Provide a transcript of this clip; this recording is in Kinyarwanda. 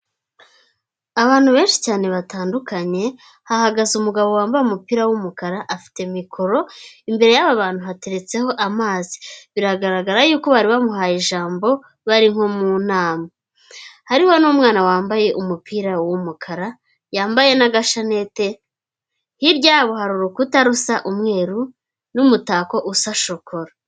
Abantu benshi cyane batandukanye, hahagaze umugabo wambaye umupira w'umukara, afite mikoro, imbere y'aba bantu hateretseho amazi, biragaragara yuko bari bamuhaye ijambo bari nko mu nama. Hariho n'umwana wambaye umupira w'umukara, yambaye n'agashanete, hirya yabo hari urukuta rusa umweru n'umutako usa shokora.